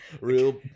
real